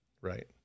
Right